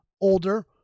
older